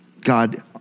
God